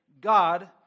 God